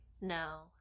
No